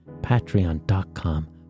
Patreon.com